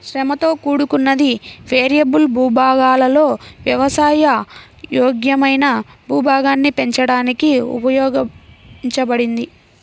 శ్రమతో కూడుకున్నది, వేరియబుల్ భూభాగాలలో వ్యవసాయ యోగ్యమైన భూభాగాన్ని పెంచడానికి ఉపయోగించబడింది